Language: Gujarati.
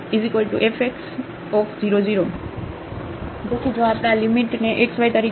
fxxy0fx00 તેથી જો આપણે આ લિમિટને x y તરીકે લઈએ તો 0 0 f x x y